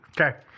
Okay